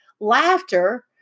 Laughter